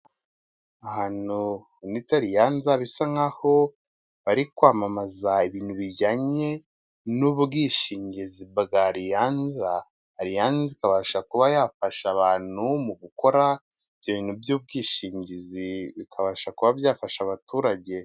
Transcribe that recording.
Ahantu hitwa Allianz, bisa nkaho bari kwamamaza ibintu bijyanye n'ubwishingizi bwa Allianz, ikabasha kuba yafasha abantu mu gukora ibyo bintu by'ubwishingizi bikabasha kuba byafasha abaturage.